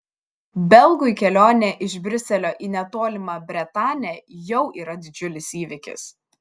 belgui kelionė iš briuselio į netolimą bretanę jau yra didžiulis įvykis